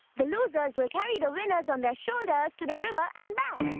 the losers will carry the winners on their shoulders to the river and back.